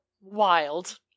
wild